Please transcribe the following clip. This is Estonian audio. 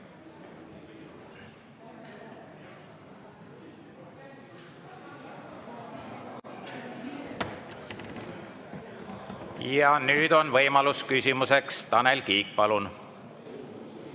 Ja nüüd on võimalus küsimuseks, Tanel Kiik, palun!